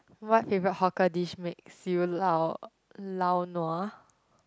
what if a hawker dish makes you lao lao-nua